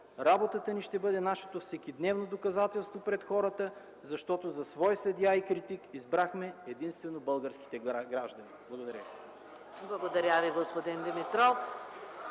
Работата ни ще бъде нашето всекидневно доказателство пред хората, защото за свой съдия и критик избрахме единствено българските граждани.” Благодаря Ви.